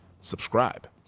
subscribe